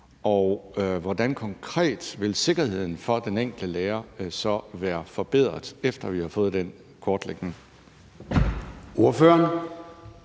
og hvordan vil sikkerheden for den enkelte lærer konkret være forbedret, efter at vi har fået den kortlægning? Kl.